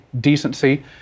decency